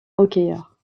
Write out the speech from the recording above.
hockeyeur